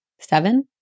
Seven